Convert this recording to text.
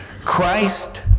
Christ